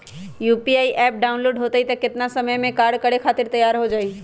UPI app download होई त कितना समय मे कार्य करे खातीर तैयार हो जाई?